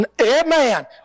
Amen